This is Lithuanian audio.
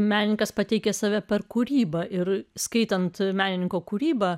menininkas pateikė save per kūrybą ir skaitant menininko kūrybą